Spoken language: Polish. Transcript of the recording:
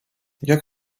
jak